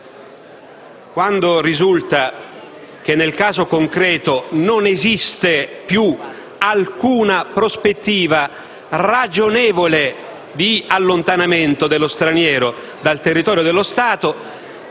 quando risulta che nel caso concreto non esiste più alcuna prospettiva ragionevole di allontanamento dello straniero dal territorio dello Stato